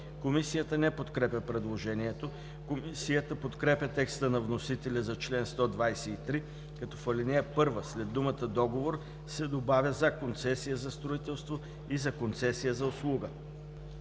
Комисията не подкрепя предложението. Комисията подкрепя текста на вносителя за чл. 123, като в ал. 1 след думата „договор“ се добавя „за концесия за строителство и за концесия за услуги“.